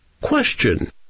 Question